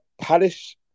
Palace